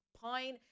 Pine